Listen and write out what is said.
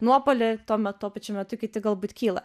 nuopuolį tuomet tuo pačiu metu kiti galbūt kyla